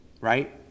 Right